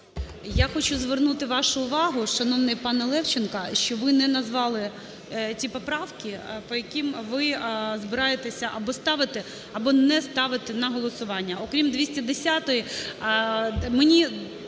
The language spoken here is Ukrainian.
Я хочу звернути вашу увагу, шановний пане Левченко, що ви не назвали ті поправки, по яких ви збираєтеся або ставити, або не ставити на голосування. Окрім 210-ї, мені…